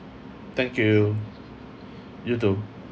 thank you you too